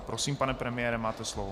Prosím, pane premiére, máte slovo.